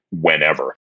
whenever